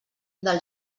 del